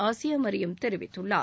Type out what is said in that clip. Asia Mariam தெரிவித்துள்ளார்